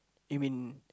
you mean